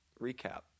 Recap